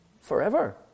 Forever